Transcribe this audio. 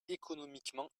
économiquement